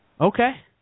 Okay